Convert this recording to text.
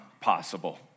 possible